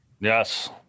Yes